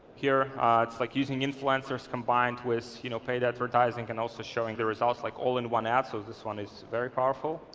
here it's like using influencers combined with you know paid advertising and also showing the results like all in one app, so this one is very powerful.